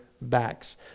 backs